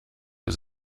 für